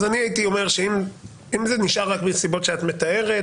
אני הייתי אומר שאם זה נשאר רק בנסיבות שאת מתארת,